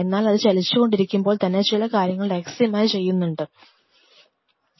എന്നാൽ അത് ചലിച്ചുകൊണ്ടിരിക്കുമ്പോൾ തന്നെ ചില കാര്യങ്ങൾ രഹസ്യമായി ചെയ്യുന്നുണ്ട്